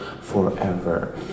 forever